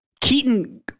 Keaton